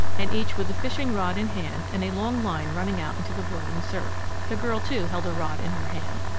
and each with fishing-rod in hand and a long line running out into the boiling surf. the girl too held a rod in her hand.